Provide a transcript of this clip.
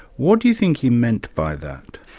what do you think he meant by that?